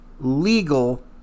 legal